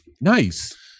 Nice